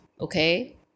okay